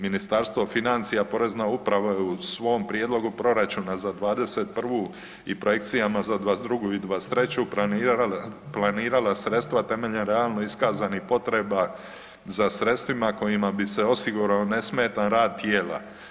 Ministarstvo financija, Porezna uprava je u svom prijedlogu proračuna za 21. i projekcijama za 22. i 23. planirala sredstva temeljem realno iskazanih potreba za sredstvima kojima bi se osigurao nesmetan rad tijela.